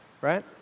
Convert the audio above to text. right